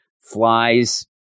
flies